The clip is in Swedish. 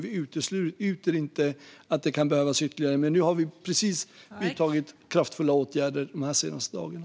Vi utesluter inte att ytterligare åtgärder kan behövas, men vi har vidtagit kraftfulla åtgärder de senaste dagarna.